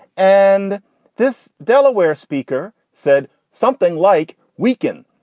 and this delaware speaker said something like weakened.